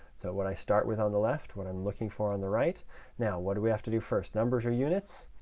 so what i start with on the left, what i'm looking for on the right now, what do we have to do first? numbers or units?